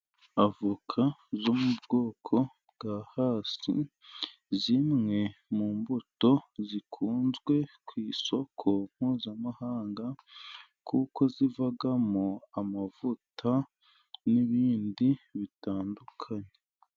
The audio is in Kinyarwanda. Avoka zo mu bwoko bwa hasi, zimwe mu mbuto zikunzwe ku isoko mpuzamahanga, kuko zivamo amavuta n'ibindi bitandukanye.